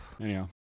Anyhow